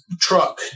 truck